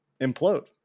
implode